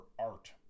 art